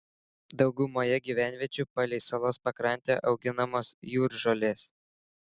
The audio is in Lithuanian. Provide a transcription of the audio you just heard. daugumoje gyvenviečių palei salos pakrantę auginamos jūržolės